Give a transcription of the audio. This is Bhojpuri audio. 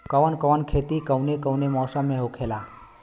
कवन कवन खेती कउने कउने मौसम में होखेला?